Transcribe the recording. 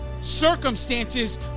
Circumstances